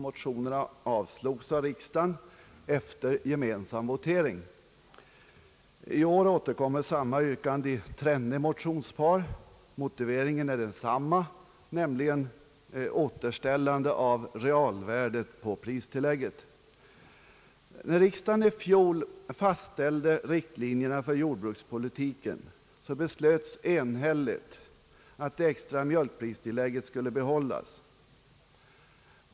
Motionerna avslogs av riksdagen efter gemensam votering. I år återkommer samma yrkande i trenne motionspar. Motiveringen är densamma, nämligen återställande av realvärdet på pristillägget. När riksdagen i fjol fastställde riktlinjerna för jordbrukspolitiken beslöts enhälligt att det extra mjölkpristillägget skulle behållas.